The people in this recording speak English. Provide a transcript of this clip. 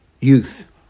youth